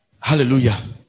hallelujah